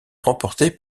remportée